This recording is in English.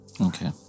Okay